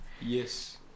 yes